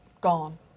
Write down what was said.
gone